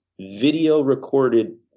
video-recorded